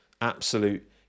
absolute